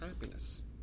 happiness